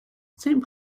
saint